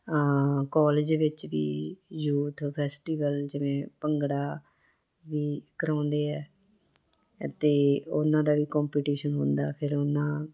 college ਵਿੱਚ ਵੀ youth festival ਜਿਵੇਂ ਭੰਗੜਾ ਵੀ ਕਰਵਾਉਂਦੇ ਆ ਅਤੇ ਉਹਨਾਂ ਦਾ ਵੀ ਕੰਪੀਟੀਸ਼ਨ ਹੁੰਦਾ ਫਿਰ ਉਹਨਾਂ